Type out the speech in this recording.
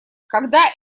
когда